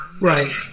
Right